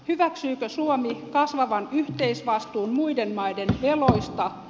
hyväksyykö suomi kasvavan yhteisvastuun muiden maiden veloista